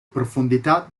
profondità